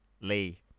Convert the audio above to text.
Lee